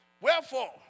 Wherefore